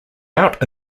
out